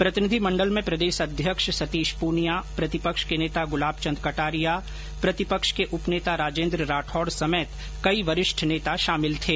प्रतिनिधिमंडल में प्रदेश अध्यक्ष सतीश प्रनिया प्रतिपक्ष के नेता गुलाब चंद कटारिया प्रतिपक्ष के उप नेता राजेंद्र राठौड़ समेत कई वरिष्ठ नेता शामिल थे